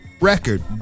record